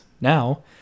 now